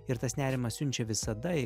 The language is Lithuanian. ir tas nerimas siunčia visada